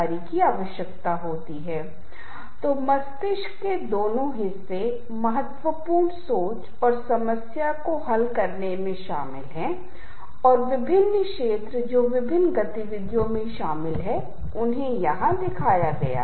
मुझे आशा है कि यह सत्र दिलचस्प रहा है थोड़ा अलग थोड़ा अलग स्वभाव का तुरंत सॉफ्ट स्किल्स से जुड़ने वाला नहीं लेकिन मुझे इस बात का अहसास है कि आप इसका इस्तेमाल सार्थक तरीके से कर सकते हैं